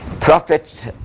prophet